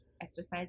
exercise